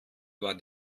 war